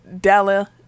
Della